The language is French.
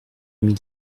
mille